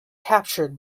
captured